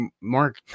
Mark